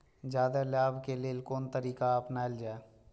जादे लाभ के लेल कोन तरीका अपनायल जाय?